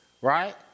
right